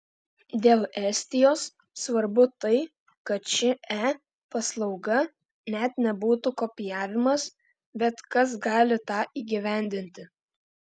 dėl estijos svarbu tai kad ši e paslauga net nebūtų kopijavimas bet kas gali tą įgyvendinti